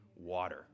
water